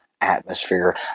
atmosphere